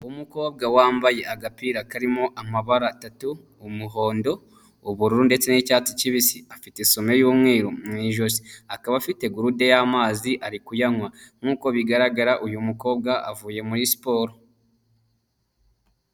Umukobwa wambaye agapira karimo amabara atatu umuhondo ubururu ndetse n'icyatsi kibisi afite isume y'umweru mu ijosi akaba afite gurude y'amazi ari kuyanywa nkuko bigaragara uyu mukobwa avuye muri siporo.